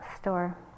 store